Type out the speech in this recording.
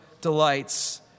delights